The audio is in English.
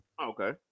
Okay